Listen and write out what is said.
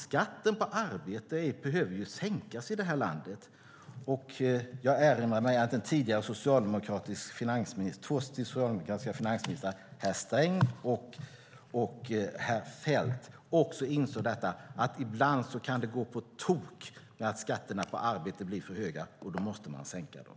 Skatten på arbete behöver ju sänkas i det här landet. Jag erinrar mig att två socialdemokratiska finansministrar, herr Sträng och herr Feldt, också insåg detta att det ibland kan gå på tok när skatterna på arbete blir för höga och att man då måste sänka dem.